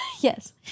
Yes